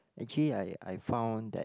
actually I I found that